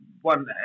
one